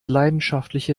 leidenschaftliche